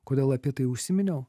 kodėl apie tai užsiminiau